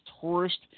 tourist